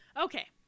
Okay